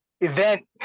event